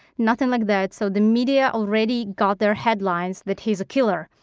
nothing like that. so the media already got their headlines that he's a killer.